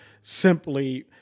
simply